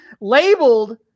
labeled